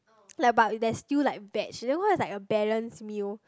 ya but if there's still like veg it's like a balanced meal